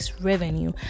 revenue